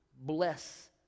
bless